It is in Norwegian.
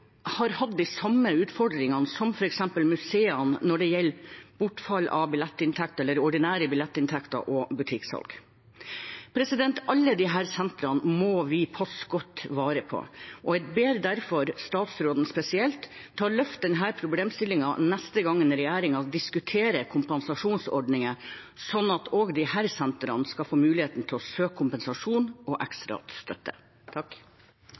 har hatt de samme utfordringene som f.eks. museene når det gjelder bortfall av ordinære billettinntekter og butikksalg. Alle disse sentrene må vi passe godt på, og jeg ber derfor statsråden om å løfte denne problemstillingen spesielt neste gang regjeringen diskuterer kompensasjonsordningene, slik at også disse sentrene skal få mulighet til å søke om kompensasjon og ekstra støtte.